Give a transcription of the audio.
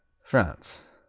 france